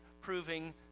proving